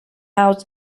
out